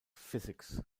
physics